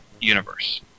universe